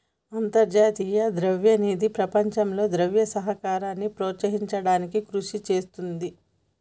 అంతర్జాతీయ ద్రవ్య నిధి ప్రపంచంలో ద్రవ్య సహకారాన్ని ప్రోత్సహించడానికి కృషి చేస్తుంది